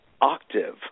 octave